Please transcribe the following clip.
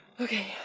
okay